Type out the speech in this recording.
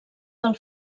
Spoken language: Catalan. del